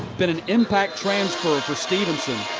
been and impact transfer for stephenson.